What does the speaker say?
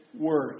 word